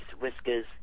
whiskers